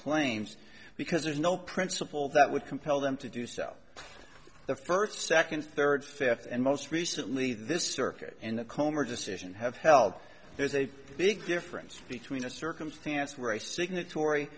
claims because there's no principle that would compel them to do so the first second third fifth and most recently this circuit in the comber decision have held there's a big difference between a circumstance where a signatory